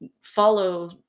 follow